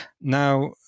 Now